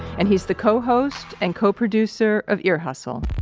and he's the co-host and co-producer of ear hustle